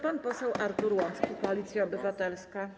Pan poseł Artur Łącki, Koalicja Obywatelska.